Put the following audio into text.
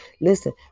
Listen